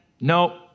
No